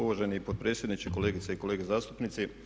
Uvaženi potpredsjedniče, kolegice i kolege zastupnici.